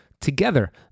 Together